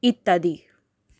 ইত্যাদি